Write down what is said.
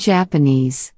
Japanese